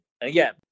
again